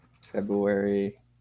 February